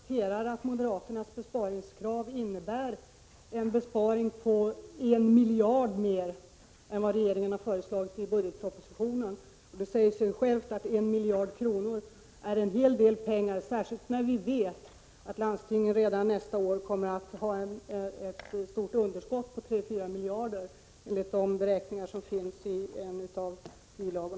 Herr talman! Jag kan konstatera att moderaternas besparingskrav innebär en besparing på 1 miljard mer än vad regeringen har föreslagit i budgetpropositionen. Det säger sig självt att 1 miljard kronor är en hel del pengar. Enligt beräkningar i en bilaga till långtidsutredningen kommer landstingen redan nästa år att ha ett stort underskott, på 3-4 miljarder kronor.